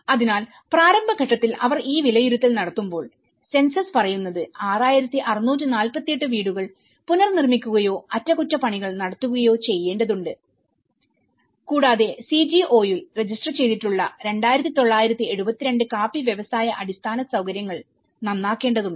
അതിനാൽ പ്രാരംഭ ഘട്ടത്തിൽ അവർ ഈ വിലയിരുത്തൽ നടത്തുമ്പോൾ സെൻസസ് പറയുന്നത് 6648 വീടുകൾ പുനർനിർമ്മിക്കുകയോ അറ്റകുറ്റപ്പണികൾ നടത്തുകയോ ചെയ്യേണ്ടതുണ്ട് കൂടാതെ CGO യിൽ രജിസ്റ്റർ ചെയ്തിട്ടുള്ള 2972 കാപ്പി വ്യവസായ അടിസ്ഥാന സൌകര്യങ്ങൾ നന്നാക്കേണ്ടതുണ്ട്